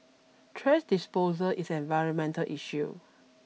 thrash disposal is an environmental issue